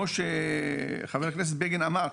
כמו שחה"כ בגין אמר,